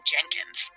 Jenkins